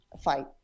fight